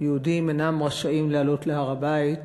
יהודים אינם רשאים לעלות להר-הבית